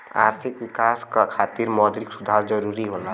आर्थिक विकास क खातिर मौद्रिक सुधार जरुरी होला